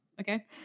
Okay